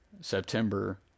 September